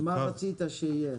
מה רצית שיהיה?